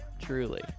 truly